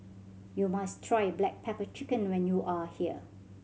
you must try black pepper chicken when you are here